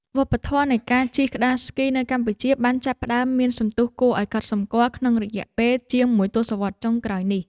វប្បធម៌នៃការជិះក្ដារស្គីនៅកម្ពុជា បានចាប់ផ្ដើមមានសន្ទុះគួរឱ្យកត់សម្គាល់ក្នុងរយៈពេលជាងមួយទសវត្សរ៍ចុងក្រោយនេះ។